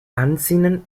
ansinnen